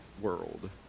world